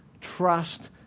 trust